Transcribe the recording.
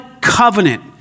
covenant